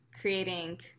creating